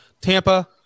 Tampa